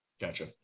Gotcha